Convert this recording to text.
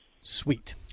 Sweet